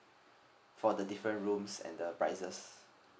for the different rooms and the prices